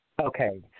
Okay